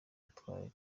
atwaye